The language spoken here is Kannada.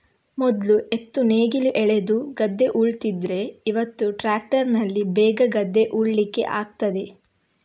ಮೊದ್ಲು ಎತ್ತು ನೇಗಿಲು ಎಳೆದು ಗದ್ದೆ ಉಳ್ತಿದ್ರೆ ಇವತ್ತು ಟ್ರ್ಯಾಕ್ಟರಿನಲ್ಲಿ ಬೇಗ ಗದ್ದೆ ಉಳ್ಳಿಕ್ಕೆ ಆಗ್ತದೆ